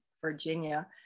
Virginia